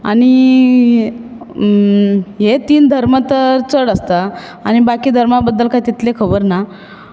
आनी हे तीन धर्म तर चड आसता आनी बाकी धर्मा बद्दल काय तितली खबर ना